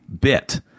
bit